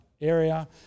area